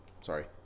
sorry